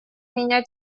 меня